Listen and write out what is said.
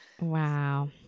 Wow